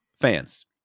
Fans